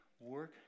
work